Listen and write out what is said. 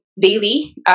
daily